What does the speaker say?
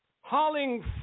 hauling